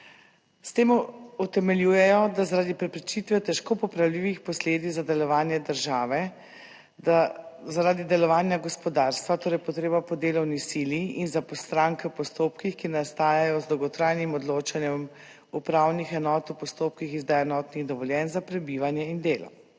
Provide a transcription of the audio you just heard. S tem utemeljujejo, da zaradi preprečitve težko popravljivih posledic za delovanje države, da zaradi delovanja gospodarstva, torej potreba po delovni sili in za stranke v postopkih, ki nastajajo z dolgotrajnim odločanjem upravnih enot v postopkih izdaje enotnih dovoljenj za prebivanje in delo.